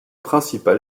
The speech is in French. principal